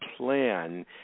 plan